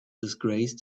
disgrace